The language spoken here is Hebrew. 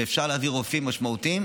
ואפשר להביא רופאים משמעותיים,